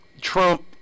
Trump